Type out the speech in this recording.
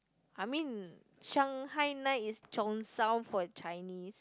I mean Shanghai night is Cheongsam for Chinese